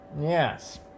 Yes